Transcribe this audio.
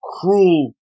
cruel